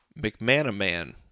McManaman